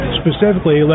specifically